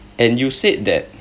and you said that